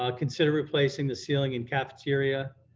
ah consider replacing the ceiling and cafeteria.